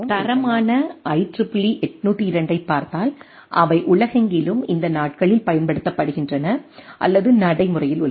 தரமான IEEE 802 ஐப் பார்த்தால் அவை உலகெங்கிலும் இந்த நாட்களில் பயன்படுத்தப்படுகின்றன அல்லது நடைமுறையில் உள்ளன